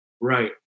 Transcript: Right